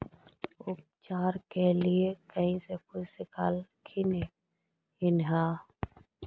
उपचार के लीये कहीं से कुछ सिखलखिन हा?